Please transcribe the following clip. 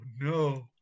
no